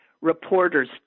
reporters